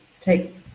take